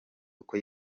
uko